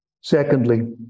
Secondly